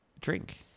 drink